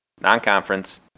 non-conference